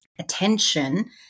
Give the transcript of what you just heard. attention